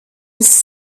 was